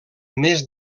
més